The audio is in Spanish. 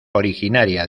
originaria